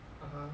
(uh huh)